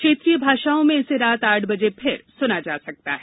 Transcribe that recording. क्षेत्रीय भाषाओं में इसे रात आठ बजे फिर सुना जा सकता है